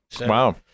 Wow